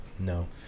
No